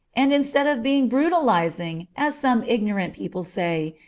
and instead of being brutalizing, as some ignorant people say,